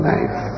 Life